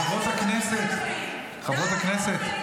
חברות הכנסת.